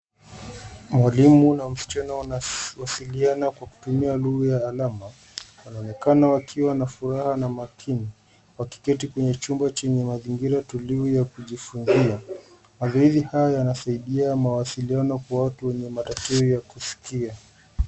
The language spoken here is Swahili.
Mwalimu na msichana wanawasiliana kwa kutumia lugha ya alama. Wanaonekana wakiwa na furaha na makini, wakiketi kwenye chumba chenye mazingira tulivu ya kujifunzia. Mazoezi haya yanasaidia mawasiliano kwa watu wenye matatizo ya kusikia.